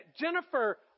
Jennifer